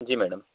जी madam